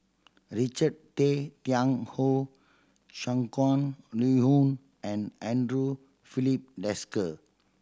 Richard Tay Tian Hoe Shangguan Liuyun and Andre Filipe Desker